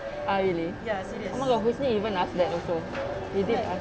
ah really oh my god husni even asked that also he did ask